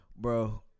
Bro